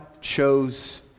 chose